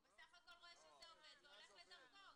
הוא בסך הכל מוודא שהמצלמה עובדת והולך לדרכו.